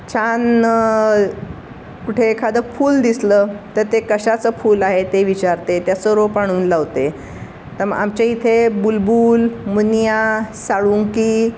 छान कुठे एखादं फूल दिसलं तर ते कशाचं फूल आहे ते विचारते त्याचं रोप आणून लावते तर मग आमच्या इथे बुलबुल मुनिया साळुंकी